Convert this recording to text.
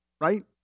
right